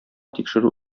тикшерү